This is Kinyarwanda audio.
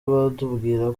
batubwira